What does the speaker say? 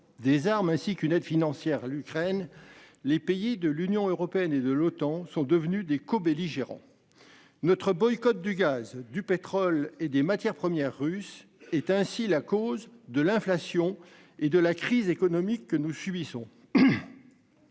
des armes ainsi qu'une aide financière à l'Ukraine, les pays de l'Union européenne et de l'OTAN sont devenus des cobelligérants. Notre boycott du gaz, du pétrole et des matières premières russes est ainsi la cause de l'inflation et de la crise économique que nous subissons.